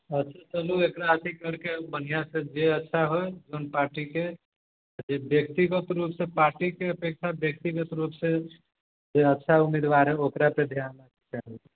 अच्छा चलु एकरा अथि करिके बढ़िऑं से जे अच्छा होइ जे पार्टीके जे व्यतिगत रूपसे पार्टीके अपेक्षा व्यक्तिगत रूपसे जे अच्छा उम्मीदवार होइ ओकरा पर ध्यान देबाक चाही